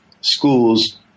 schools